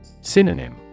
Synonym